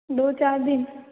दो चार दिन